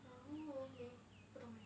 oh okay 不懂 leh